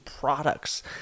products